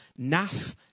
Naf